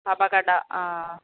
അപകട ആ